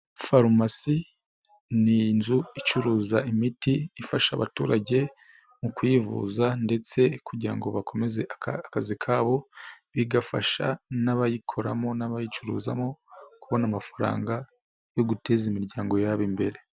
Farumasi ni inzu icuruza imiti ifasha abaturage mu kwivuza ndetse kugira ngo bakomeze akazi kabo, bigafasha n'abayikoramo, n'abayicuruzamo kubona amafaranga yo guteza imiryango yabo imbere.